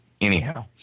anyhow